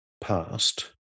past